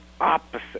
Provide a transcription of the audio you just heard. opposite